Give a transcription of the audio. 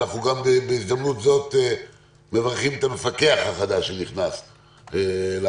בהזדמנות זאת אנחנו מברכים את המפקח החדש שנכנס לעבודה.